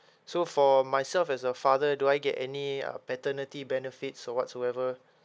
so for myself as a father do I get any uh paternity benefits or whatsoever